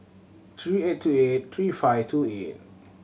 three eight two eight three five two eight